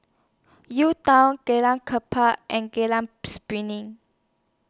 UTown Jalan Klapa and Jalan Piring